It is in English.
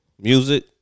music